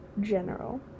general